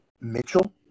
Mitchell